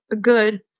good